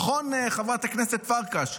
נכון חברת הכנסת פרקש?